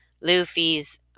Luffy's